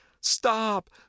Stop